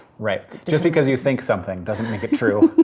right. just because you think something, doesn't make it true.